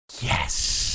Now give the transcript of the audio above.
yes